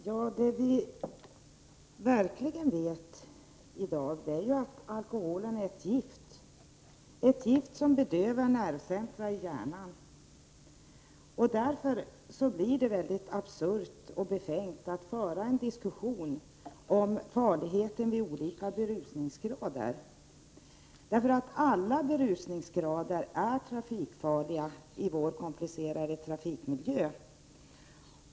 Herr talman! Vad vi i dag verkligen har klart för oss är ju att alkohol är ett gift som bedövar nervcentra i hjärnan. Därför är det absurt, ja, befängt, att föra en diskussion om farligheten vid olika berusningsgrader. Alla berusningsgrader är ju trafikfarliga i vår komplicerade trafikmiljö.